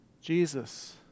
Jesus